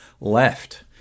left